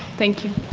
thank you